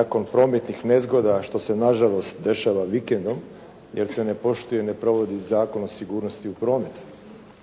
nakon prometnih nezgoda, što se nažalost dešava vikendom, jer se ne poštuje Zakon o sigurnosti u prometu.